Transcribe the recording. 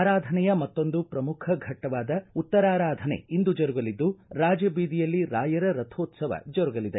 ಆರಾಧನೆಯ ಮತ್ತೊಂದು ಪ್ರಮುಖ ಘಟ್ಟವಾದ ಉತ್ತರಾರಾಧನೆ ಇಂದು ಜರುಗಲಿದ್ದು ರಾಜ ಬೀದಿಯಲ್ಲಿ ರಾಯರ ರಥೋತ್ಸವ ಜರುಗಲಿದೆ